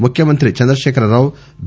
ముఖ్య మంత్రి చంద్రకేఖరరావు బి